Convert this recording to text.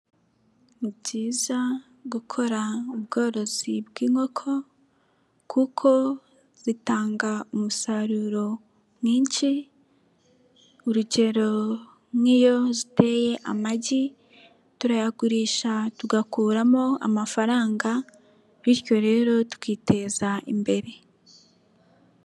Ni byiza gukora ubworozi bw'inkoko kuko zitanga umusaruro mwinshi, urugero nk'iyo ziteye amagi turayagurisha tugakuramo amafaranga bityo rero tukiteza imbere.